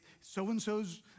so-and-so's